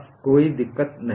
कोई दिक्कत नहीं है